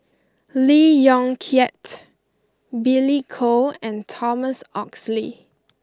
Lee Yong Kiat Billy Koh and Thomas Oxley